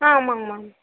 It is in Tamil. ஆ ஆமாங்க மேம்